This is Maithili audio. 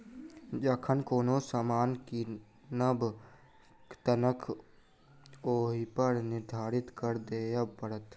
जखन कोनो सामान कीनब तखन ओहिपर निर्धारित कर देबय पड़त